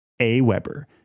AWeber